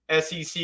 SEC